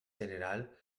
general